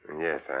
Yes